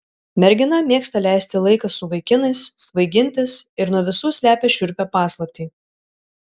mergina mėgsta leisti laiką su vaikinais svaigintis ir nuo visų slepia šiurpią paslaptį